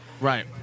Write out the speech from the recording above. Right